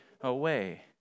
away